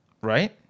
right